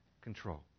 control